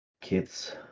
kids